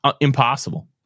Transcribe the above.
impossible